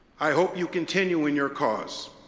i hope you continue in your cause.